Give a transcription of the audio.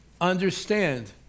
Understand